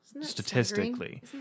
statistically